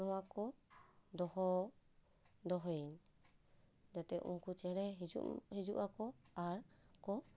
ᱱᱚᱣᱟ ᱠᱚ ᱫᱚᱦᱚ ᱫᱚᱦᱚᱭᱤᱧ ᱡᱟᱛᱮ ᱩᱱᱠᱩ ᱪᱮᱬᱮ ᱦᱤᱡᱩᱜ ᱦᱤᱡᱩᱜ ᱟᱠᱚ ᱟᱨ ᱠᱚ